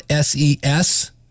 SES